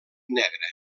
negre